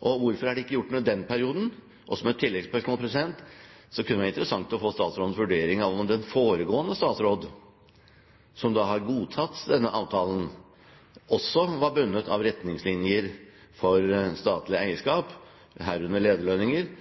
og hvorfor er det ikke gjort noe i den perioden? Som et tilleggsspørsmål kunne det vært interessant å få statsrådens vurdering av om den foregående statsråd, som har godtatt denne avtalen, også var bundet av retningslinjer for statlig eierskap, herunder lederlønninger,